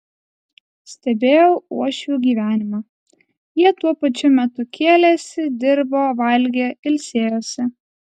stebėjau uošvių gyvenimą jie tuo pačiu metu kėlėsi dirbo valgė ilsėjosi